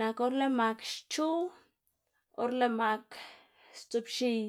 Nak or lëꞌ mak xchuꞌ, or lëꞌ mak sdzoꞌbx̱iy,